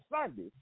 Sunday